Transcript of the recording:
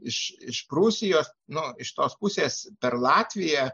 iš iš prūsijos nu iš tos pusės per latviją